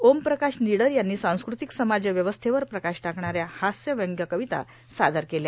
ओमप्रकाश र्रानडर यांनी सांस्कृतिक समाजव्यवस्थेवर प्रकाश टाकणा या हास्य व्यंग र्कावता सादर केल्या